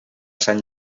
sant